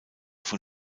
von